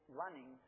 running